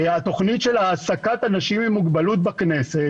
התוכנית של העסקת אנשים עם מוגבלות בכנסת.